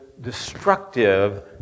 destructive